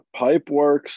Pipeworks